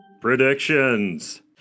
Predictions